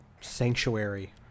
sanctuary